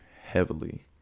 heavily